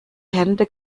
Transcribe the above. hände